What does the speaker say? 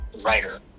writer